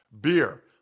Beer